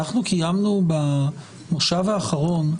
אנחנו קיימנו במושב האחרון,